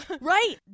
right